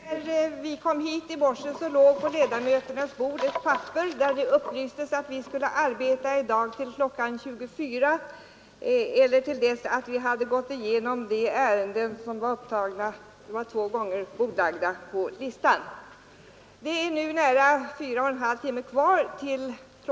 Herr talman! När vi kom hit i morse låg på ledamöternas bord ett papper! , där det upplystes att vi skulle arbeta i dag till kl. 24 eller till dess att vi hade gått igenom de ärenden som var upptagna bland två gånger bordlagda på listan. Det är nu nära fyra och en halv timmar kvar till kl.